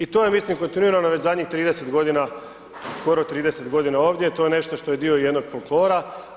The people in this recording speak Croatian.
I to je mislim kontinuirano već zadnjih 30 godina, skoro 30 godina ovdje, to je nešto što je dio jednog folklora.